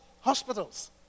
hospitals